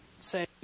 say